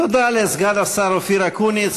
תודה לסגן השר אופיר אקוניס.